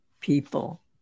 people